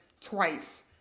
twice